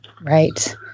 Right